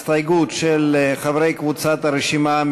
הסתייגות של חברי הכנסת איימן עודה,